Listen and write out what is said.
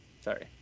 Sorry